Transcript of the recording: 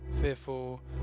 Fearful